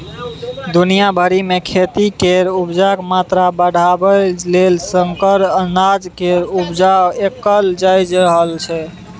दुनिया भरि मे खेती केर उपजाक मात्रा बढ़ाबय लेल संकर अनाज केर उपजा कएल जा रहल छै